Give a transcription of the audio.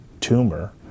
tumor